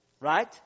Right